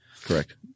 Correct